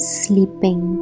sleeping